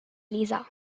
lisa